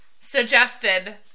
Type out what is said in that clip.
suggested